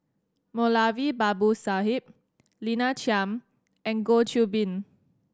Moulavi Babu Sahib Lina Chiam and Goh Qiu Bin